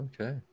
okay